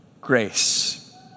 grace